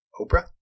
oprah